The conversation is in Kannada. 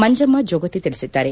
ಮಂಜಮ್ಮ ಜೋಗತಿ ತಿಳಿಸಿದ್ದಾರೆ